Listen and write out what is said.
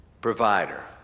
Provider